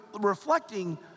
reflecting